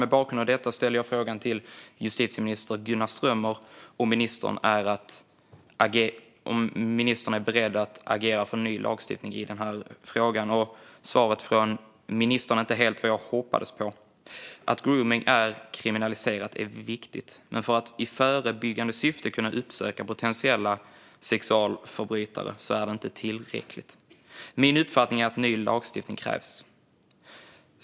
Mot bakgrund av detta ställde jag frågan till justitieminister Gunnar Strömmer och undrade om ministern är beredd att agera för ny lagstiftning i frågan. Svaret från ministern är inte helt vad jag hoppades på. Att gromning är kriminaliserat är viktigt, men för att i förebyggande syfte kunna uppsöka potentiella sexualförbrytare är det inte tillräckligt. Min uppfattning är att ny lagstiftning krävs.